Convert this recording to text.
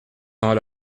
temps